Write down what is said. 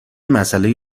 مسئله